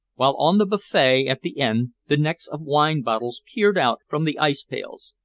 while on the buffet at the end the necks of wine bottles peered out from the ice pails.